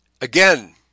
again